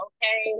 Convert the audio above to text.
Okay